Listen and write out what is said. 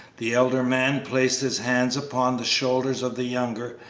the elder man placed his hands upon the shoulders of the younger,